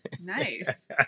Nice